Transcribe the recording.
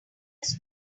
his